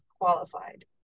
qualified